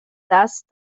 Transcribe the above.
دست